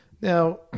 Now